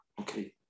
Okay